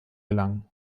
gelangen